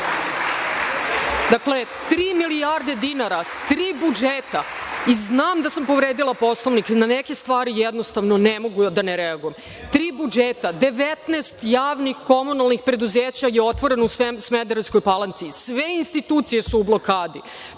tri milijarde dinara, tri budžeta i znam da sam povredila Poslovnik, ali, na neke stvari jednostavno ne mogu a da ne reagujem. Tri budžeta, 19 javnih komunalnih preduzeća je otvoreno u Smederevskoj Palanci, sve institucije su u blokadi,